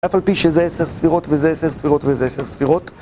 אף על פי שזה 10 ספירות וזה 10 ספירות וזה 10 ספירות